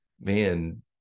man